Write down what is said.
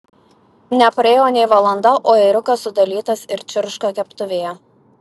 nepraėjo nė valanda o ėriukas sudalytas ir čirška keptuvėje